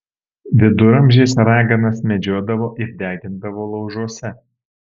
viduramžiais raganas medžiodavo ir degindavo laužuose